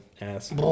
ass